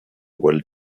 walt